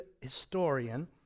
historian